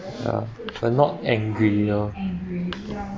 ya but not angry you know